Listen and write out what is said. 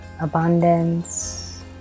abundance